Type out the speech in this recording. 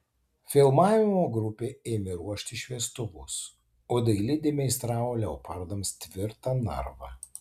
filmavimo grupė ėmė ruošti šviestuvus o dailidė meistravo leopardams tvirtą narvą